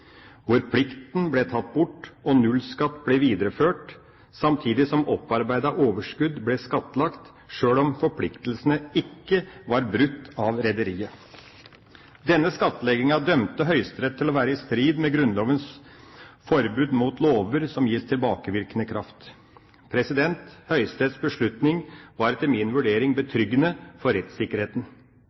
hvor plikten ble tatt bort og nullskatt ble videreført, samtidig som opparbeidet overskudd ble skattlagt – sjøl om forpliktelsene ikke var brutt av rederiet. Denne skattlegginga dømte Høyesterett til å være i strid med Grunnlovens forbud mot lover som gis tilbakevirkende kraft. Høyesteretts beslutning var etter min vurdering betryggende for rettssikkerheten.